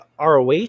ROH